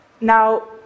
Now